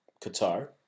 qatar